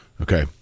Okay